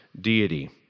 deity